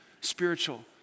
spiritual